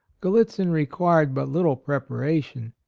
gallitzin required but little preparation.